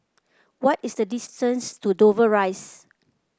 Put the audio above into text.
what is the distance to Dover Rise